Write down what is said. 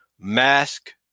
mask